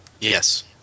Yes